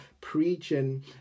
preaching